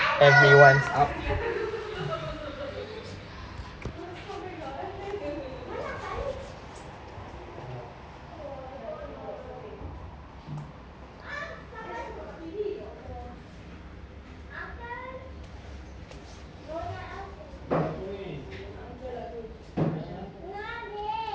everyone up